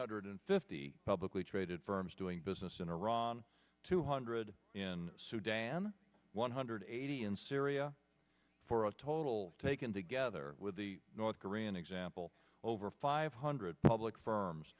hundred fifty publicly traded firms doing business in iran two hundred in sudan one hundred eighty in syria for a total taken together with the north korean example over five hundred public firms